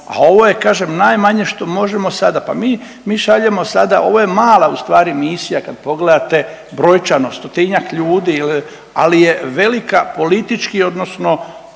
a ovo je, kažem, najmanje što možemo sada, pa mi šaljemo sada, ovo je mala ustvari misija kad pogledate brojčano, 100-njak ljudi ili, ali je velika politički odnosno